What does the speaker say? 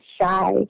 shy